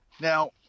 Now